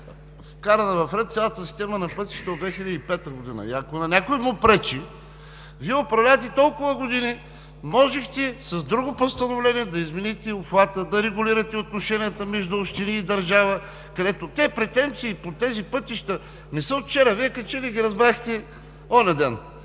вкарана в ред цялата система на пътищата от 2005 г. И ако на някой му пречи, Вие управлявате толкова години, можехте с друго постановление да измените обхвата, да регулирате отношенията между общини и държава, където претенциите по тези пътища не са от вчера. Вие като че ли ги разбрахте онзи ден!